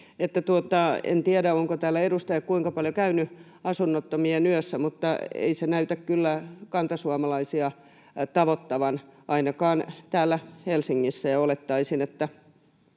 en tiedä, ovatko täällä edustajat kuinka paljon käyneet Asunnottomien yössä, mutta ei se näytä kyllä kantasuomalaisia tavoittavan ainakaan täällä Helsingissä, ja olettaisin, että